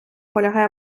полягає